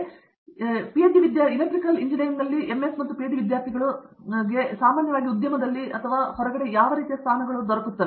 ವಾಸ್ತವವಾಗಿ ನಾನು ಅದನ್ನು ಮುಂದಕ್ಕೆ ತೆಗೆದುಕೊಳ್ಳುವೆನೆಂದು ಅರ್ಥ ಎಲೆಕ್ಟ್ರಿಕಲ್ ಎಂಜಿನಿಯರಿಂಗ್ನಲ್ಲಿ ಎಂಎಸ್ ಮತ್ತು ಪಿಹೆಚ್ಡಿ ವಿದ್ಯಾರ್ಥಿಗಳಿಗೆ ಸಾಮಾನ್ಯವಾಗಿ ನೀವು ಯಾವ ರೀತಿಯ ಸ್ಥಾನಗಳನ್ನು ನೋಡುತ್ತೀರಿ